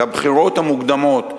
לבחירות המוקדמות,